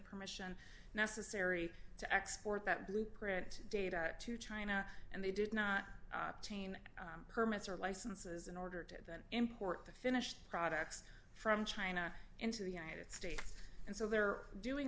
permission necessary to export that blueprint data to china and they did not chain permits or licenses in order to import the finished products from china into the united states and so they're doing